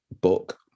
book